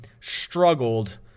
struggled